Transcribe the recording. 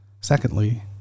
Secondly